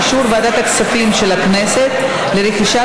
אישור ועדת הכספים של הכנסת לרכישת